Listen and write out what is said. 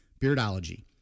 Beardology